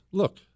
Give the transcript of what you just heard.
look